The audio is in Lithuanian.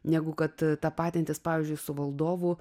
negu kad tapatintis pavyzdžiui su valdovu